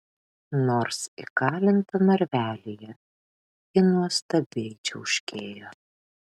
nors įkalinta narvelyje ji nuostabiai čiauškėjo